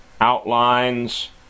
outlines